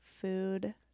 food